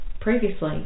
previously